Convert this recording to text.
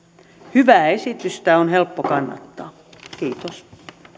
hyvää esitystä on helppo kannattaa kiitos